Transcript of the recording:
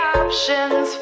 options